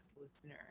listener